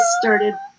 started